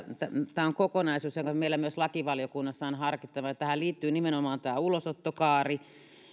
tämä on kokonaisuus joka meillä myös lakivaliokunnassa on harkittavana tähän liittyy nimenomaan tämä ulosottokaari